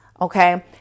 okay